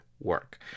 work